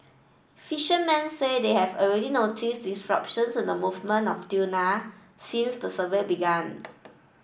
fishermen say they have already noticed disruptions in the movement of tuna since the survey began